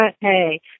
Hey